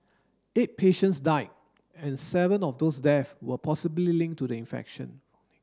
eight patients died and seven of those deaths were possibly linked to the infection